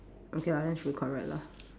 okay lah then should be correct lah